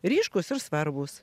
ryškūs ir svarbūs